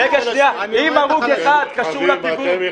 אם הרוג אחד קשור לפיגום --- חברים,